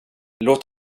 låt